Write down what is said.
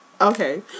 okay